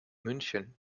münchen